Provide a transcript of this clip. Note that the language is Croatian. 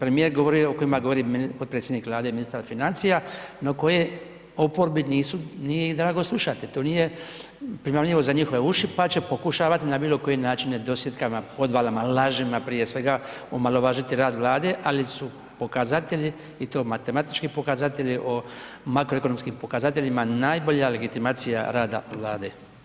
premijer govorio, o kojima govori potpredsjednik Vlade i ministar financija, no koje oporbi nisu, nije im drago slušati, to nije primamljivo za njihove uši, pa će pokušavati na bilo koje načine dosjetkama, podvalama, lažima prije svega omalovažiti rad Vlade, ali su pokazatelji i to matematički pokazatelji o makroekonomskim pokazateljima najbolja legitimacija rada Vlade.